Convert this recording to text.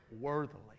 worthily